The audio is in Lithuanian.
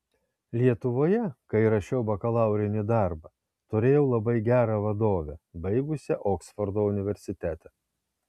lietuvoje kai rašiau bakalaurinį darbą turėjau labai gerą vadovę baigusią oksfordo universitetą